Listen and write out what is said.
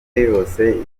yose